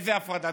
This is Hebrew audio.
איזה הפרדה?